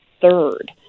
third